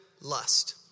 lust